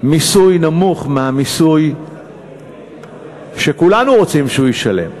מיסוי נמוך מהמיסוי שכולנו רוצים שהן ישלמו.